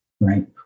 right